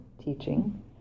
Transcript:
teaching